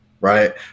Right